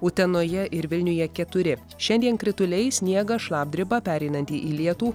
utenoje ir vilniuje keturi šiandien krituliai sniegas šlapdriba pereinanti į lietų